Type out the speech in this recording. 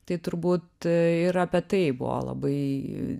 tai turbūt ir apie tai buvo labai